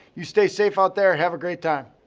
you stay safe out there. have a great time.